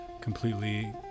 completely